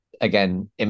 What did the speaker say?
again